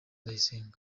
ndayisenga